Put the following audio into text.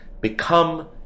become